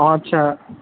অ আচ্ছা